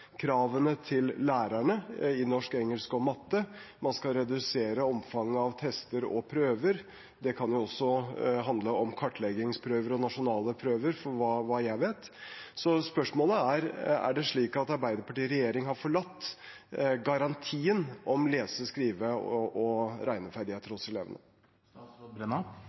til lærerne i norsk, engelsk og matte, og man skal redusere omfanget av tester og prøver – det kan jo også handle om kartleggingsprøver og nasjonale prøver, for hva jeg vet. Så spørsmålet er: Er det slik at Arbeiderpartiet i regjering har forlatt garantien om lese-, skrive- og regneferdigheter hos elevene?